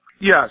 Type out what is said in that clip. Yes